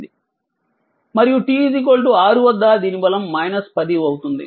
మరియు t 6 వద్ద దీని బలం 10 అవుతుంది